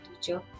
teacher